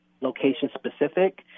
location-specific